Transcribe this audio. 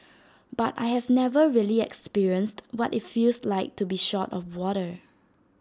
but I have never really experienced what IT feels like to be short of water